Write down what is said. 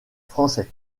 français